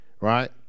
right